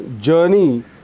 journey